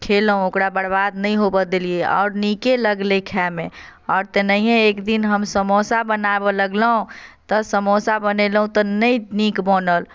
खेलहुँ ओकरा बर्बाद नहि होबय देलियै आओर नीके लगलै खाएमे आओर तेनहिए एक दिन हम समोसा बनाबय लगलहुँ तऽ समोसा बनेलहुँ तऽ नहि नीक बनल